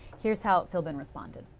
here's how philbin responded.